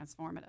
transformative